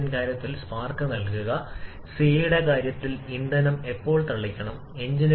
പ്രായോഗിക പ്രവർത്തന സമയത്ത് അത് അങ്ങനെയല്ല സ്റ്റൈക്കിയോമെട്രിക് വായു ഇന്ധന അനുപാതം കൃത്യമായി വിതരണം ചെയ്യാൻ സാധ്യമാണ്